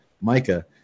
Micah